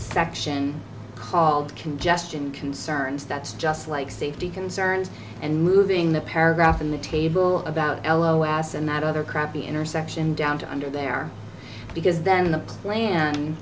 section called congestion concerns that's just like safety concerns and moving the paragraph in the table about elo ass and that other crappy intersection down to under there because then the lan